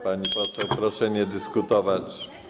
Pani poseł, proszę nie dyskutować.